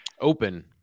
Open